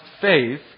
faith